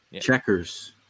Checkers